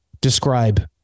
describe